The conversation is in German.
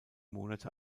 monate